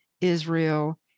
Israel